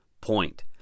point